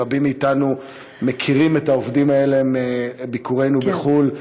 רבים מאתנו מכירים את העובדים האלה מביקורינו בחו"ל.